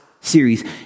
series